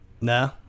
No